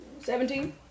Seventeen